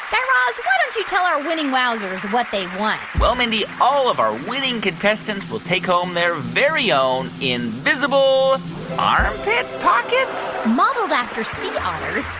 guy raz, why don't you tell our winning wowzers what they've won? well, mindy, all of our winning contestants will take home their very own invisible armpit pockets modeled after sea otters,